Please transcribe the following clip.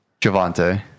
Javante